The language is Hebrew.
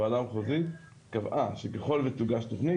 הוועדה המחוזית קבעה שככל ותוגש תוכנית,